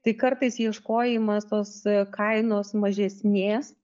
tai kartais ieškojimas tos kainos mažesnės